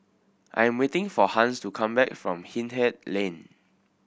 I am waiting for Hans to come back from Hindhede Lane